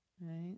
right